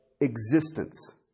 existence